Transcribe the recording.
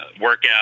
workout